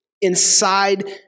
inside